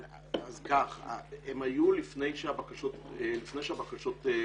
הם היו לפני שהבקשות פורסמו,